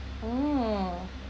mm